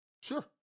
Sure